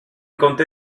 compte